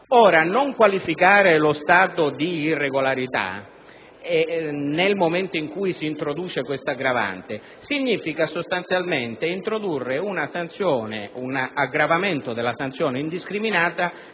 Non qualificare lo stato di irregolarità nel momento in cui si introduce questa aggravante significa sostanzialmente introdurre un aggravamento indiscriminato